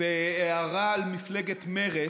בהערה על מפלגת מרצ,